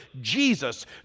Jesus